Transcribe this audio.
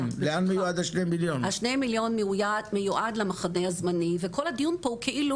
שני המיליון מיועדים למחנה הזמני כל הדיון פה הוא כאילו